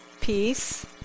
peace